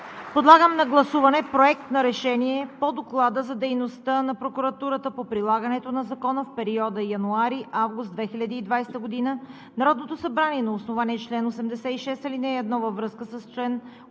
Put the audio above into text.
Подлагам на гласуване „Проект! РЕШЕНИЕ по Доклада за дейността на прокуратурата по прилагането на закона в периода януари – август 2020 г. Народното събрание на основание чл. 86, ал. 1 във връзка с чл.